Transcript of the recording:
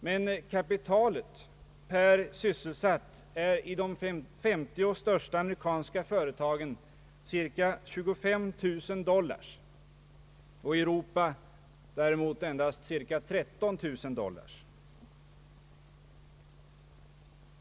Men kapitalet per sysselsatt är i de 50 största amerikanska företagen cirka 25 000 dollars, i Europa däremot endast cirka 13000 dollars.